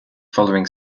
following